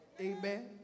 amen